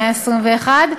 ברוכים הבאים אל המאה ה-21.